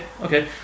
okay